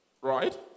right